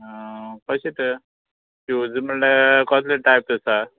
कशें तर शूज म्हळ्ळ्या कसले टायप आसा